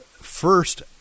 first